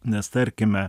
nes tarkime